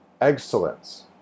Excellence